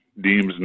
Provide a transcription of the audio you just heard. deems